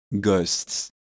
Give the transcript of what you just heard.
ghosts